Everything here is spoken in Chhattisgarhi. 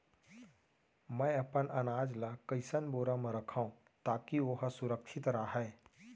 मैं अपन अनाज ला कइसन बोरा म रखव ताकी ओहा सुरक्षित राहय?